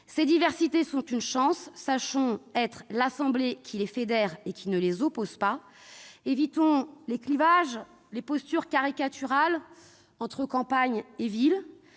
Ces diversités sont une chance : sachons incarner l'assemblée qui les fédère et qui ne les oppose pas. Évitons les clivages et les postures caricaturales entre campagne et ville.